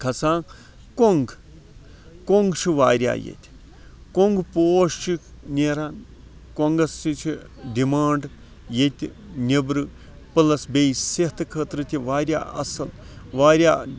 کھَسان کوٚنٛگ کوٚنٛگ چھُ واریاہ ییٚتہِ کوٚنٛگ پوش چھ نیران کوٚنٛگَس تہِ چھِ ڈِمانٛڈ ییٚتہِ نیٚبرٕ پلس بیٚیہِ صحتہٕ خٲطرٕ تہٕ واریاہ اصٕل واریاہ